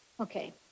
Okay